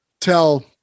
tell